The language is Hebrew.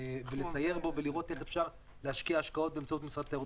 ולסייר בו ולראות איך אפשר להשקיע השקעות כמשרד התיירות.